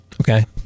Okay